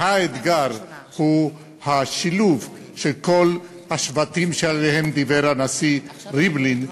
האתגר הוא השילוב של כל השבטים שעליהם דיבר הנשיא ריבלין.